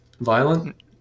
violent